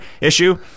issue